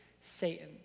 Satan